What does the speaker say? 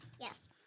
Yes